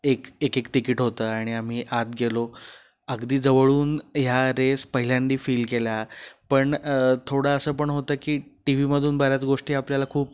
एक एकेक तिकीट होतं आणि आम्ही आत गेलो अगदी जवळून ह्या रेस पहिल्यांदा फील केल्या पण थोडं असं पण होतं की टी व्हीमधून बऱ्याच गोष्टी आपल्याला खूप